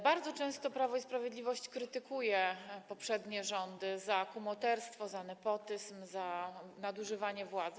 Bardzo często Prawo i Sprawiedliwość krytykuje poprzednie rządy za kumoterstwo, za nepotyzm, za nadużywanie władzy.